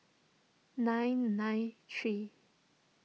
nine nine three